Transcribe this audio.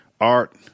art